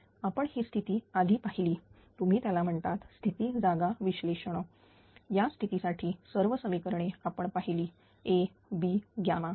आपण ही स्थिती आधी पाहिली तुम्ही त्याला म्हणतात स्थिती जागा विश्लेषण या स्थितीसाठी सर्व समीकरणे आपण पाहिली AB ୮